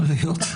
יכול להיות.